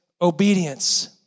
obedience